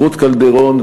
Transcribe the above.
רות קלדרון,